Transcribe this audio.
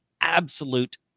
absolute